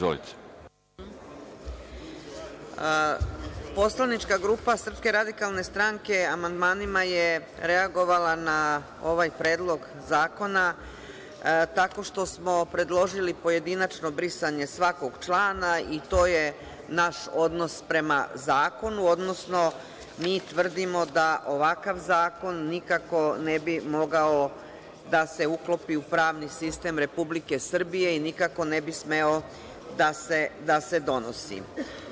Poslanička grupa SRS amandmanima je reagovala na ovaj Predlog zakona tako što smo predložili pojedinačno brisanje svakog člana i to je naš odnos prema zakonu, odnosno mi tvrdimo da ovakav zakon nikako ne bi mogao da se uklopi u pravni sistem Republike Srbije i nikako ne bi smeo da se donosi.